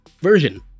version